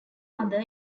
mother